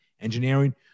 engineering